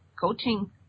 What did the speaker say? coaching